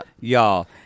Y'all